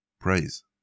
Praise